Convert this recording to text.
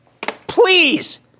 please